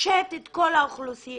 תרשת את כל האוכלוסייה